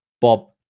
Bob